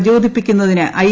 പ്രചോദിപ്പിക്കുന്നതിന് I